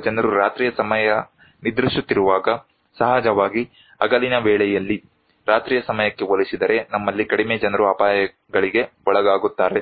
ಅಥವಾ ಜನರು ರಾತ್ರಿಯ ಸಮಯ ನಿದ್ರಿಸುತ್ತಿರುವಾಗ ಸಹಜವಾಗಿ ಹಗಲಿನ ವೇಳೆಯಲ್ಲಿ ರಾತ್ರಿಯ ಸಮಯಕ್ಕೆ ಹೋಲಿಸಿದರೆ ನಮ್ಮಲ್ಲಿ ಕಡಿಮೆ ಜನರು ಅಪಾಯಗಳಿಗೆ ಒಳಗಾಗುತ್ತಾರೆ